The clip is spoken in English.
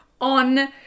on